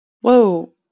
whoa